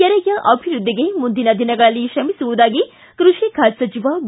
ಕೆರೆಯ ಅಭಿವೃದ್ಧಿಗೆ ಮುಂದಿನ ದಿನಗಳಲ್ಲಿ ಶ್ರಮಿಸುವುದಾಗಿ ಕೃಷಿ ಖಾತೆ ಸಚಿವ ಬಿ